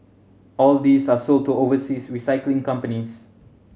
all these are sold to overseas recycling companies